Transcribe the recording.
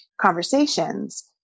conversations